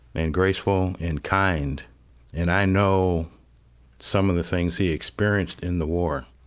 and graceful, and kind and i know some of the things he experienced in the war